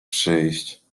przyjść